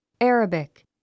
Arabic